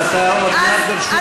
אתה עוד מעט ברשות דיבור.